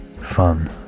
fun